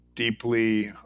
deeply